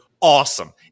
awesome